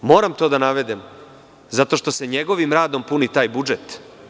Moram to da navedem zato što se njegovim radom puni taj budžet.